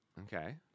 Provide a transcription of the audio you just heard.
Okay